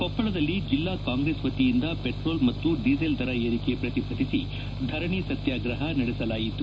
ಕೊಪ್ಪಳದಲ್ಲಿ ಜಿಲ್ಲಾ ಕಾಂಗ್ರೆಸ್ ವತಿಯಿಂದ ಪೆಟ್ರೋಲ್ ಮತ್ತು ಡೀಸೆಲ್ ದರ ಏರಿಕೆ ಪ್ರತಿಭಟಿಸಿ ಧರಣಿ ಸತ್ಯಾಗ್ರಹ ನಡೆಸಲಾಯಿತು